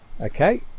Okay